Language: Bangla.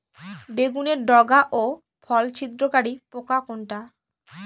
বেগুনের ডগা ও ফল ছিদ্রকারী পোকা কোনটা?